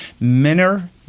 Miner